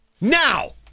Now